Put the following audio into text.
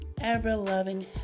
ever-loving